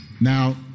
Now